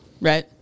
right